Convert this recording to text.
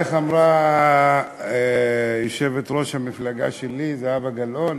איך אמרה יושבת-ראש המפלגה שלי זהבה גלאון?